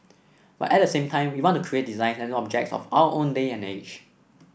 but at the same time we want to create designs and objects of our own day and age